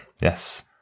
Yes